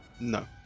No